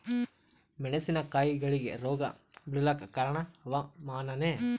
ಮೆಣಸಿನ ಕಾಯಿಗಳಿಗಿ ರೋಗ ಬಿಳಲಾಕ ಕಾರಣ ಹವಾಮಾನನೇ?